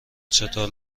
چطور